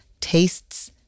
tastes